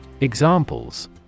Examples